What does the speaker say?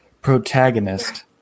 Protagonist